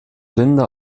linda